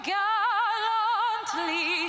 gallantly